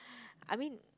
I mean